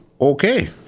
Okay